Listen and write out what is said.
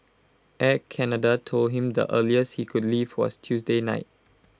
Air Canada told him the earliest he could leave was Tuesday night